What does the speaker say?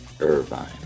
Irvine